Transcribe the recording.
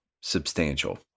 substantial